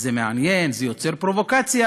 זה מעניין, זה יוצר פרובוקציה,